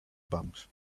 bumps